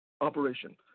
operation